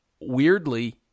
weirdly